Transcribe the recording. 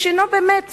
איש אינו חושב